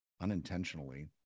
unintentionally